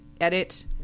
Edit